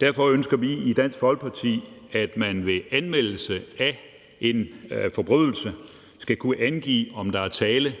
Derfor ønsker vi i Dansk Folkeparti, at man ved anmeldelse af en forbrydelse skal kunne angive, om der er tale